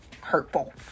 hurtful